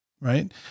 right